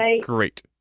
great